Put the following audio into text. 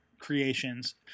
creations